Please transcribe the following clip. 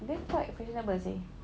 dia quite pretty sample seh